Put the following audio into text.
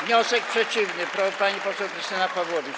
Wniosek przeciwny, pani poseł Krystyna Pawłowicz.